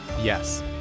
Yes